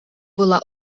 була